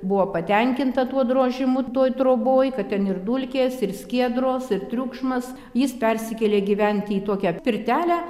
buvo patenkinta tuo drožimu toj troboj kad ten ir dulkės ir skiedros ir triukšmas jis persikėlė gyventi į tokią pirtelę